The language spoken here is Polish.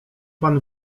pan